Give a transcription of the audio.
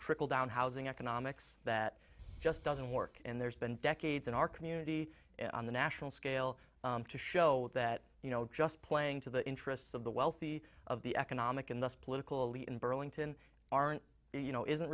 trickle down housing economics that just doesn't work and there's been decades in our community on the national scale to show that you know just playing to the interests of the wealthy of the economic and political elite in burlington aren't you know isn't